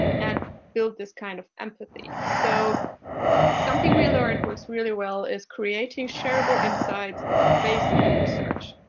and build this kind of empathy. so something we learned works really well is creating shareable insights based on the research.